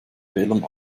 fehlern